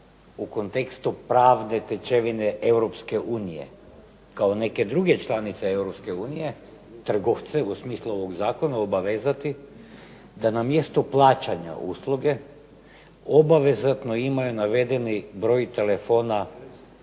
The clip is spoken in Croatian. u kontekstu pravne stečevine EU kao neke druge članice EU trgovce, u smislu ovog zakona, obavezati da na mjesto plaćanja usluge obvezatno imaju navedeni broj telefona